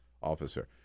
officer